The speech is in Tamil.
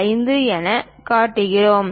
5 எனக் காட்டுகிறோம்